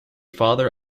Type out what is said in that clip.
father